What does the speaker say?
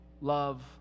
love